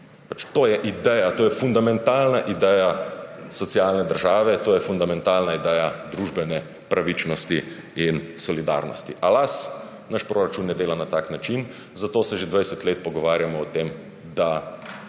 To je ideja, to je fundamentalna ideja socialne države, to je fundamentalna ideja družbene pravičnosti in solidarnosti. A naš proračun ne dela na tak način, zato se že 20 let pogovarjamo o tem, da